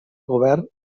govern